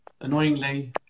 annoyingly